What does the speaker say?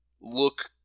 look